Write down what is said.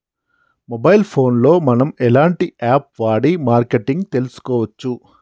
Mobile phone లో మనం ఎలాంటి యాప్ వాడి మార్కెటింగ్ తెలుసుకోవచ్చు?